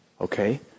okay